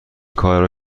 کارو